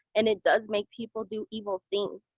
and it does make people do evil things.